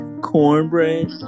Cornbread